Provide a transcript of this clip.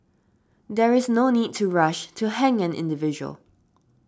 there is no need to rush to hang an individual